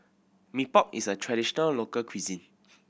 Mee Pok is a traditional local cuisine